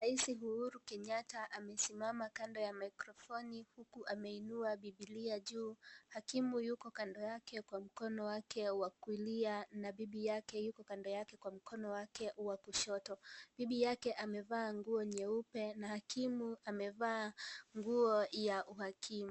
Raisi Uhuru Kenyatta amesimama kando ya mikrofoni huku ameinua bibilia juu, Hakimu yuko kando yake kwa mkono wake wa kulia na bibi yake yuko kando yake kwa mkono wake wa kushoto. Bibi yake amevaa nguo nyeupe na hakimu amevaa nguo ya uhakimu.